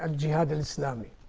ah jihad al-islami,